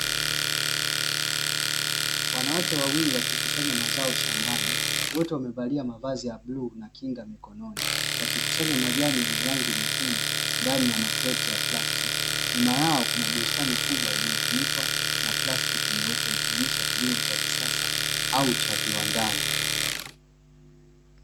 wanawake wawili wakikusanya majani ndani ya makreti ya plastiki nyuma yao kuna bustani kubwa iliyofunikwa na plastiki nyeupe ikionyesha kilimo cha kisasa au cha viwandani